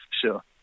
sure